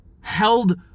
held